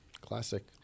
Classic